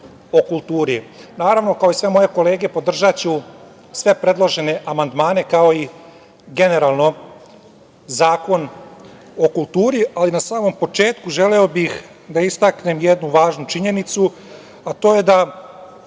o kulturi. Naravno, kao i sve moje kolege podržaću sve predložene amandmane, kao i generalno Zakon o kulturi, ali na samom početku želeo bih da istaknem jednu važnu činjenicu, a to je da